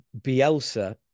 Bielsa